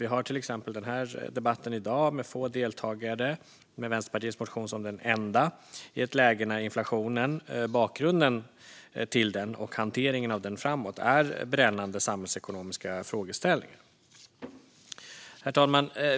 Vi har till exempel debatten i dag, med få deltagare och med Vänsterpartiets motion som den enda, i ett läge när inflationen, bakgrunden till den och hanteringen av den framåt är brännande samhällsekonomiska frågeställningar. Herr talman!